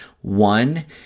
One